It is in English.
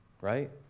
right